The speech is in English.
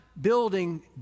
building